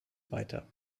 weiter